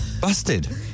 Busted